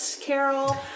Carol